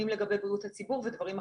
לגבי בריאות הציבור ודברים אחרים.